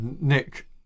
Nick